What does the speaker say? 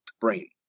brain